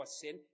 sin